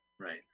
Right